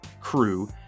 crew